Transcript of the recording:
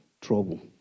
Trouble